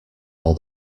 all